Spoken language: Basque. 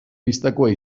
bistakoa